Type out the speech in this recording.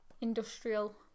industrial